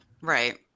right